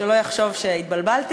שלא יחשוב שהתבלבלתי.